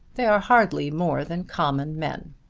they are hardly more than common men.